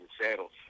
Saddles